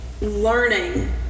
learning